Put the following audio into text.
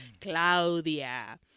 Claudia